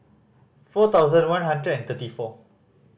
four thousand one hundred and thirty four